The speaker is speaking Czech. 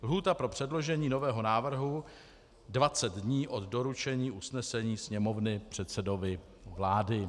Lhůta pro předložení nového návrhu: 20 dní od doručení usnesení Sněmovny předsedovi vlády.